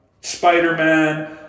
Spider-Man